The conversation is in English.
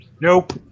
nope